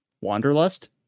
Wanderlust